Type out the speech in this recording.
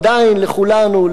עדיין לכולנו,